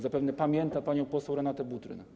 Zapewne pamięta panią poseł Renatę Butryn.